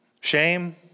shame